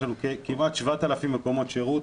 יש לנו כמעט 7,000 מקומות שירות,